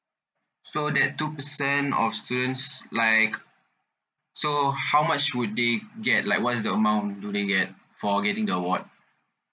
so that two percent of students like so how much would they get like what's the amount do they get for getting the award